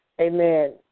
amen